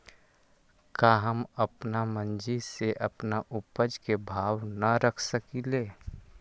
का हम अपना मर्जी से अपना उपज के भाव न रख सकींले?